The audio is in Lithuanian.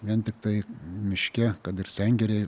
vien tiktai miške kad ir sengirėj